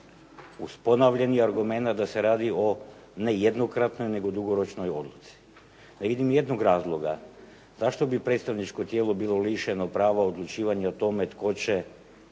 uz ponovljeni argumenat da se radi o ne jednokratnoj, nego dugoročnoj odluci. Ne vidim ni jednog razloga zašto bi predstavničko tijelo bilo lišeno prava odlučivanja o tome tko će,